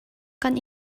kan